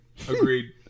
Agreed